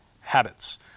habits